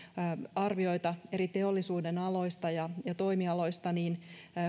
arvioita eri teollisuudenaloista ja toimialoista niin